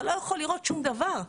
אתה לא יכול לראות שום דבר.